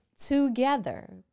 together